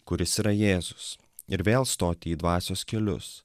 kuris yra jėzus ir vėl stoti į dvasios kelius